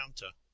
counter